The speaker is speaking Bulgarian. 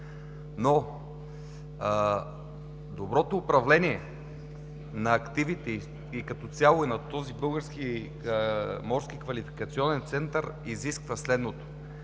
Но доброто управление на активите и като цяло на този Български морски квалификационен център изисква следното: